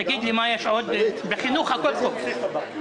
בחינוך הכול טוב.